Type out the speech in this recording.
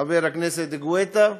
חבר הכנסת גואטה,